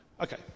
Okay